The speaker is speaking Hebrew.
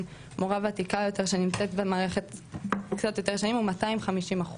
מורה וותיקה יותר שנמצאת במערכת קצת יותר שנים הוא 250%,